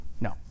no